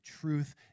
truth